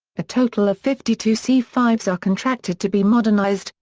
a total of fifty two c five s are contracted to be modernized,